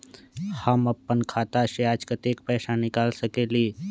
हम अपन खाता से आज कतेक पैसा निकाल सकेली?